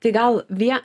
tai gal vie